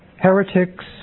heretics